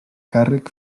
càrrec